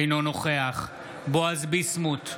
אינו נוכח בועז ביסמוט,